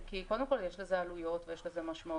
כי קודם כול, יש לזה עלויות ויש לזה משמעויות.